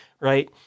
right